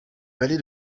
vallée